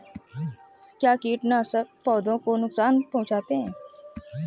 क्या कीटनाशक पौधों को नुकसान पहुँचाते हैं?